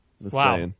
Wow